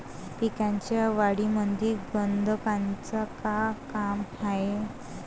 पिकाच्या वाढीमंदी गंधकाचं का काम हाये?